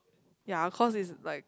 ya cause it's like